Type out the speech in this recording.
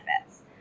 benefits